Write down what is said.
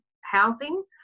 housing